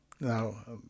Now